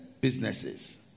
businesses